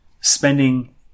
spending